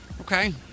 Okay